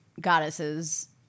goddesses